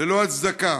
ללא הצדקה,